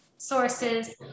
Sources